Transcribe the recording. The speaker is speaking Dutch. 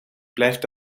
blijft